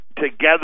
together